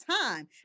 time